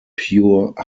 pure